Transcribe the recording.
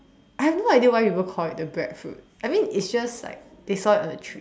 I have no idea why people call it the breadfruit I mean is just like they saw it on a tree